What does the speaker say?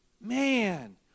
Man